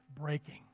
breaking